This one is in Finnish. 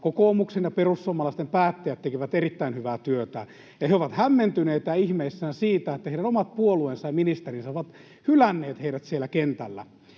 kokoomuksen ja perussuomalaisten päättäjät tekevät erittäin hyvää työtä, ja he ovat hämmentyneitä, ihmeissään, siitä, että heidän omat puolueensa ja ministerinsä ovat hylänneet heidät siellä kentällä.